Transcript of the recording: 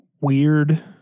weird